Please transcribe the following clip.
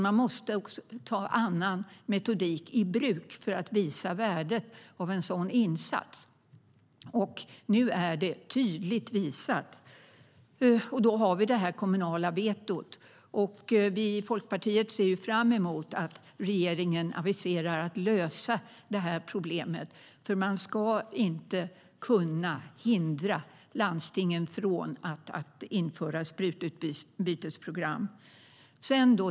Man måste ta annan metodik i bruk för att visa värdet av en sådan insats, och nu är det tydligt visat. Då har vi det kommunala vetot. Vi i Folkpartiet ser fram emot att regeringen aviserar att den ska lösa det problemet. Man ska inte kunna hindra landstingen från att införa sprututbytesprogram.